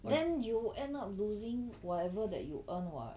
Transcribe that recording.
I